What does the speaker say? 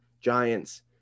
Giants